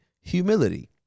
humility